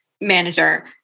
manager